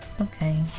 Okay